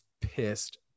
pissed